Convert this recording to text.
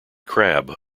crab